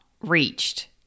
reached